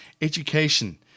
education